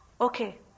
Okay